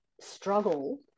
struggle